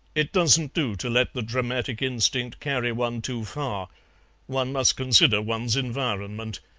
it doesn't do to let the dramatic instinct carry one too far one must consider one's environment.